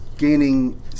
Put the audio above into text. Gaining